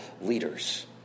leaders